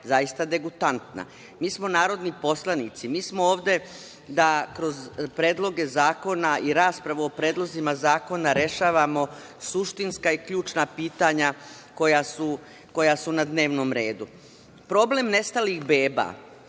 zaista degutantna. Mi smo narodni poslanici. Mi smo ovde da kroz predloge zakona i raspravu o predlozima zakona rešavamo suštinska i ključna pitanja koja su na dnevnom redu. Problem nestalih beba